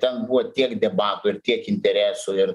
ten buvo tiek debatų ir tiek interesų ir